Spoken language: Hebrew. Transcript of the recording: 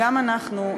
גם אנחנו,